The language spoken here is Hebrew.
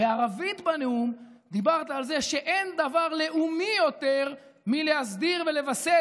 בערבית בנאום דיברת על זה שאין דבר לאומי יותר מלהסדיר ולבסס